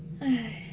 !hais!